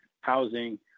housing